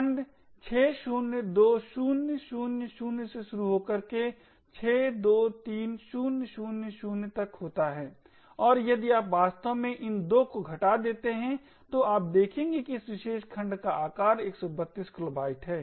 खंड 602000 से शुरू होकर 623000 तक होता है और यदि आप वास्तव में इन 2 को घटा सकते हैं तो आप देखेंगे कि इस विशेष खंड का आकार 132 किलोबाइट है